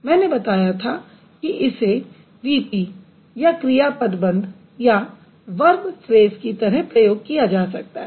मैंने बताया था कि इसे VP या क्रिया पदबंध की तरह प्रयोग किया जा सकता है